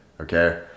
Okay